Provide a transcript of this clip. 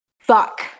Fuck